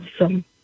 awesome